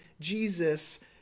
Jesus